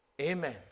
Amen